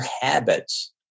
habits